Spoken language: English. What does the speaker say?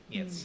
Yes